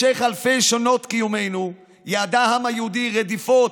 משך אלפי שנות קיומנו ידע העם היהודי רדיפות,